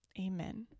Amen